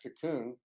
Cocoon